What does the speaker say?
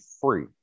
free